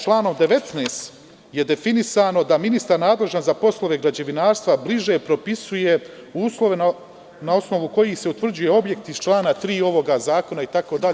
Članom 19. je definisano da ministar nadležan za poslove građevinarstva bliže propisuje uslove na osnovu kojih se utvrđuje objekt iz člana 3. ovog zakona itd.